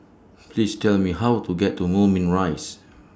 Please Tell Me How to get to Moulmein Rise